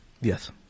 Yes